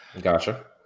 Gotcha